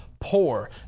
poor